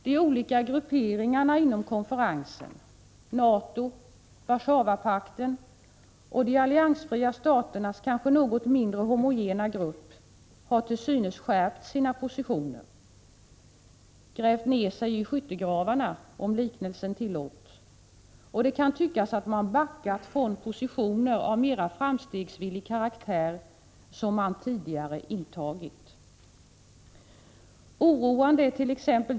De olika grupperingarna inom konferensen, NATO, Warszawapakten och de alliansfria staternas kanske något mindre homogena grupp, har till synes skärpt sina positioner — grävt ned sig i skyttegravarna, om liknelsen tillåts, och det kan tyckas att man backat från positioner av mera framstegsvillig karaktär, som man tidigare intagit. Oroande ärt.ex.